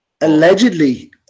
Allegedly